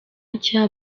nshya